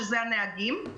שאלה הנהגים.